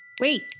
Wait